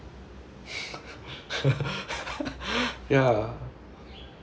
yeah